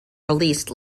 released